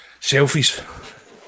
Selfies